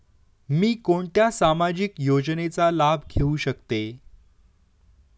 मी कोणत्या सामाजिक योजनेचा लाभ घेऊ शकते?